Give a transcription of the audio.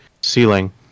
ceiling